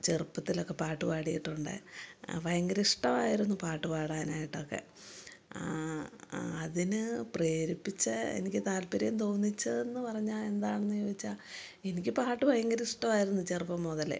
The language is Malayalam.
ചെറുപ്പത്തിലൊക്കെ പാട്ട് പാടിയിട്ടുണ്ട് ആ ഭയങ്കര ഇഷ്ടമായിരുന്നു പാട്ട് പാടാനായിട്ടൊക്കെ അതിന് പ്രേരിപ്പിച്ച എനിക്ക് താൽപര്യം തോന്നിച്ചതെന്ന് പറഞ്ഞാല് എന്താണെന്ന് ചോദിച്ചാല് എനിക്ക് പാട്ട് ഭയങ്കര ഇഷ്ടമായിരുന്നു ചെറുപ്പം മുതലേ